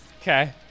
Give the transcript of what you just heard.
Okay